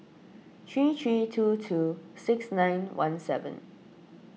three three two two six nine one seven